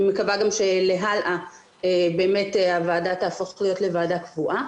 אני מקווה שגם בהמשך הוועדה תהפוך להיות ועדה קבועה